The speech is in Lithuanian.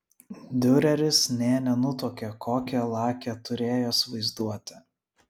diureris nė nenutuokė kokią lakią turėjęs vaizduotę